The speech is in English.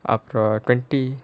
அப்புறம்:appuram twenty